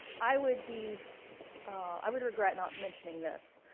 i would be i would regret not mentioning this.